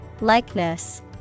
Likeness